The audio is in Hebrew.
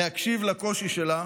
להקשיב לקושי שלה